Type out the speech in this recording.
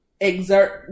exert